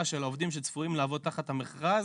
של העובדים שצפויים לעבוד תחת המכרז,